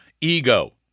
Ego